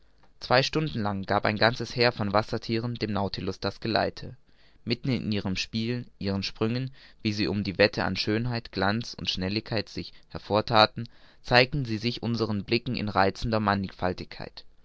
zwei stunden lang gab ein ganzes heer von wasserthieren dem nautilus das geleite mitten in ihrem spiel ihren sprüngen wie sie um die wette an schönheit glanz und schnelligkeit sich hervorthaten zeigten sie sich unseren blicken in reizender mannigfaltigkeit